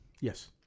Yes